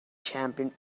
champion